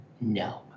no